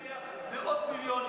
האוצר הרוויח מאות מיליונים.